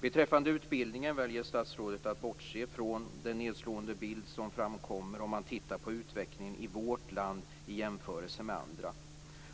Beträffande utbildning väljer statsrådet att bortse från den nedslående bild som framkommer om man tittar på utvecklingen i vårt land i jämförelse med andra länder.